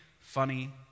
funny